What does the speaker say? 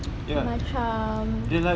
macam